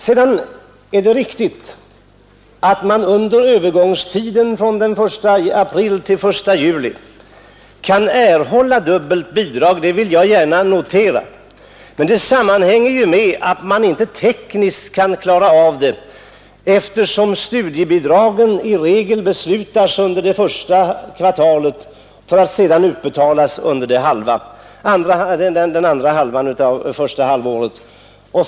Sedan är det riktigt att man under övergångstiden från den 1 april till den 1 juli kan erhålla dubbelt bidrag, det vill jag gärna notera. Det sammanhänger med att man inte tekniskt kan klara av det, eftersom studiebidragen i regel beslutas under det första kvartalet för att sedan utbetalas under det andra kvartalet av första halvåret.